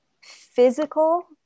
physical